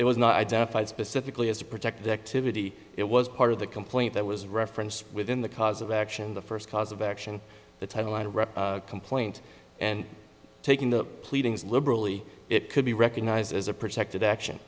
it was not identified specifically as to protect the activity it was part of the complaint that was referenced within the cause of action the first cause of action the title line of complaint and taking the pleadings liberally it could be recognised as a protected action